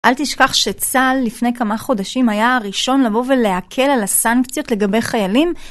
אל תשכח שצה לפני כמה חודשים היה הראשון לבוא ולהקל על הסנקציות לגבי חיילים.